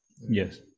Yes